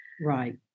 Right